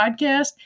podcast